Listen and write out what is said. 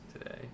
today